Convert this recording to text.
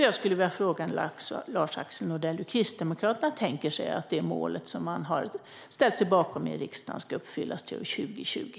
Jag skulle vilja fråga Lars-Axel Nordell hur Kristdemokraterna tänker sig att det mål som man har ställt sig bakom i riksdagen ska uppfyllas till 2020.